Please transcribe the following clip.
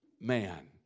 man